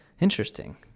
interesting